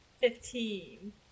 Fifteen